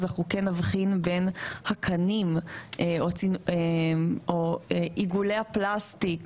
אנחנו נבחין בין הקנים או עיגולי הפלסטיק